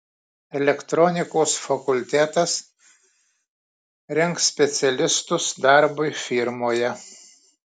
elektronikos fakultetas rengs specialistus darbui firmoje